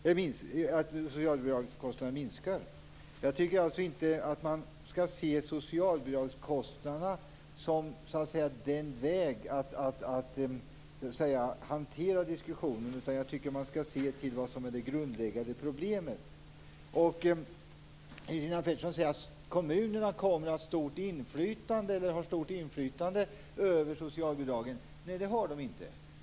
Jag tycker alltså inte att man skall se hanteringen av socialbidragskostnaderna som vägen för att klara situationen, utan det är det grundläggande problemet som skall angripas. Christina Pettersson säger att kommunerna har stort inflytande över socialbidragen. Nej, det har de inte.